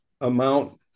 amount